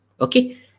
Okay